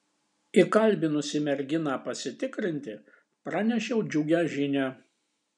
įkalbinusi merginą pasitikrinti pranešiau džiugią žinią